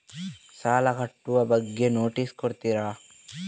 ಸಾಲ ಕಟ್ಟುವ ಬಗ್ಗೆ ನೋಟಿಸ್ ಕೊಡುತ್ತೀರ?